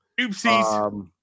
Oopsies